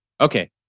Okay